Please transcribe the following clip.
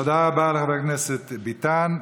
תודה רבה לחבר הכנסת ביטן.